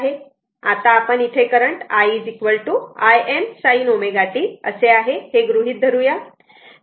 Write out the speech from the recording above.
आता आपण इथे current i Im sin ω t असे आहे हे गृहीत धरूया